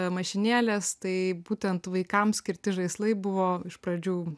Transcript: mašinėlės tai būtent vaikams skirti žaislai buvo iš pradžių